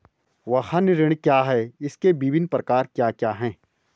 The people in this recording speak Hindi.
वाहन ऋण क्या है इसके विभिन्न प्रकार क्या क्या हैं?